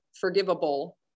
forgivable